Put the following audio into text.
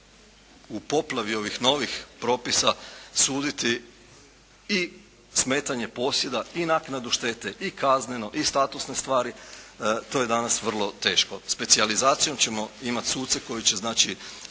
u poplavi ovih novih propisa suditi i smetanje posjeda i naknadu štete, i kazneno i statusne stvari to je danas vrlo teško. Specijalizacijom ćemo imati suce koji će znači